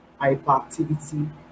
hyperactivity